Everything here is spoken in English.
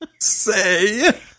say